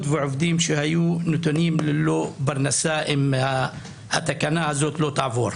עובדות ועובדים שהיו נתונים ללא פרנסה אם התקנה הזאת לא תעבור.